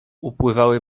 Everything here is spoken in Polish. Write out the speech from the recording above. upływały